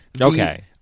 Okay